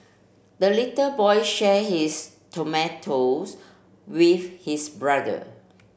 the little boy share his tomatoes with his brother